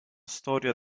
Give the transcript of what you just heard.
storia